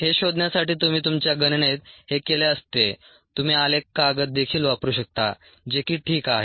हे शोधण्यासाठी तुम्ही तुमच्या गणनेत हे केले असते तुम्ही आलेख कागद देखील वापरू शकता जे की ठीक आहे